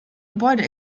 gebäude